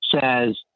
says